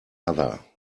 other